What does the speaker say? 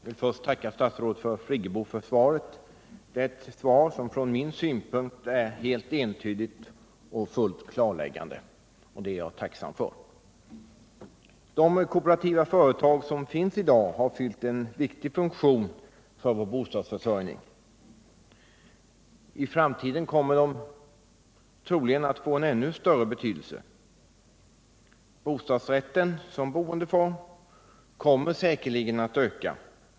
Herr talman! Jag vill först tacka statsrådet Friggebo för svaret, ett svar som från min synpunkt är helt entydigt och fullt klarläggande. Det är jag tacksam för. De kooperativa företag som finns i dag har fyllt en viktig funktion för vår bostadsförsörjning. I framtiden kommer de troligen att få en ännu större betydelse. Bostadsrätten som boendeform kommer säkerligen att öka.